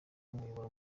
umuyoboro